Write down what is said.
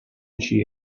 she